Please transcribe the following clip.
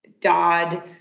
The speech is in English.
Dodd